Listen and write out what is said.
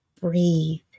breathe